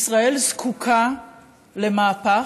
ישראל זקוקה למהפך.